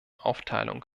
aufteilung